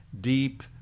deep